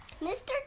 Mr